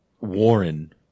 Warren